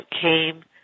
came